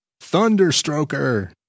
Thunderstroker